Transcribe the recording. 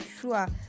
sure